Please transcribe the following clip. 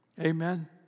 Amen